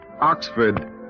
Oxford